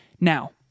now